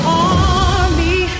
army